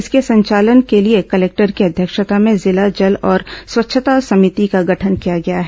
इसके संचालन के लिए कलेक्टर की अध्यक्षता में जिला जल और स्वच्छता समिति का गठन किया गया है